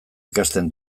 ikasten